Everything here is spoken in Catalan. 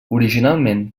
originalment